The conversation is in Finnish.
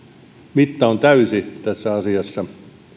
mitta on täysi tässä asiassa hallitus